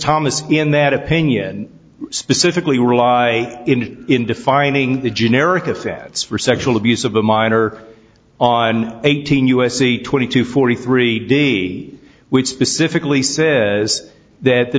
thomas in that opinion specifically rely in defining the generic effects for sexual abuse of a minor on eighteen u s c twenty two forty three d which specifically says that the